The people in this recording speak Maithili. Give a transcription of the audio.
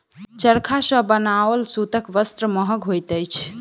चरखा सॅ बनाओल सूतक वस्त्र महग होइत अछि